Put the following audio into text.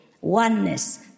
oneness